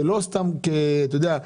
ולא סתם "שלחנו",